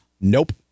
Nope